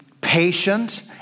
patient